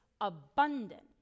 abundant